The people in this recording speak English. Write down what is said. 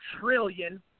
trillion